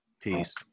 Peace